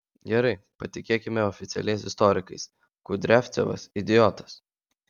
gerai patikėkime oficialiais istorikais kudriavcevas idiotas